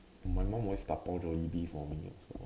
my mum always Dabao Jollibee for me also